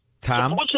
Tom